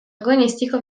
agonistico